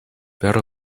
per